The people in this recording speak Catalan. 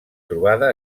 trobada